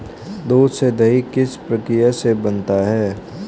दूध से दही किस प्रक्रिया से बनता है?